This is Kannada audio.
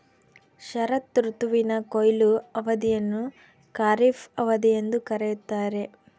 ಶರತ್ ಋತುವಿನ ಕೊಯ್ಲು ಅವಧಿಯನ್ನು ಖಾರಿಫ್ ಅವಧಿ ಎಂದು ಕರೆಯುತ್ತಾರೆ